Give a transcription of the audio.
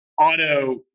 Auto